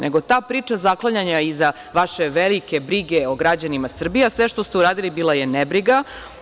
Nego, ta priča zaklanjanja iza vaše velike brige o građanima Srbije, a sve što ste uradili bila je nebriga.